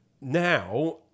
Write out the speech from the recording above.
Now